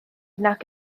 nag